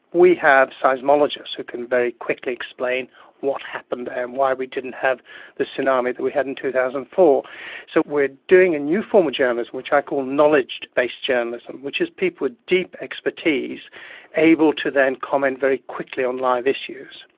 we have seismologists who can very quickly explain what happened there and why we didn't have the tsunami that we had in two thousand and so we're doing a new form of journalism which i call knowledge-based journalism, which is people with deep expertise able to then comment very quickly on live issues.